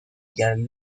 jean